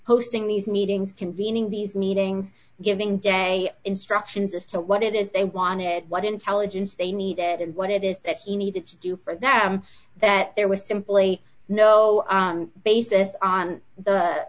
hosting these meetings convening these meetings giving day instructions as to what it is they wanted what intelligence they needed and what it is that he needed to do for them that there was simply no basis on the